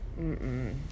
Mm-mm